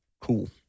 Cool